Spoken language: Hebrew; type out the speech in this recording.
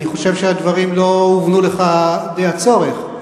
אני חושב שהדברים לא הובנו לך די הצורך,